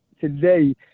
today